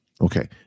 okay